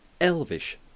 elvish